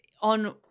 on